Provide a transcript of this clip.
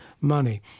money